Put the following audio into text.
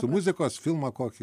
muzikos filmą kokį